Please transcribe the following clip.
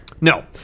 No